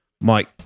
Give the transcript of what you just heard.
Mike